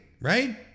right